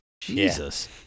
Jesus